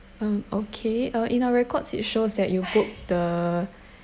um okay uh in our records it shows that you book the